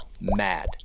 mad